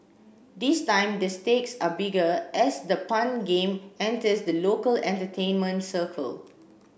this time the stakes are bigger as the pun game enters the local entertainment circle